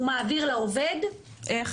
הוא מעביר לעובד --- איך?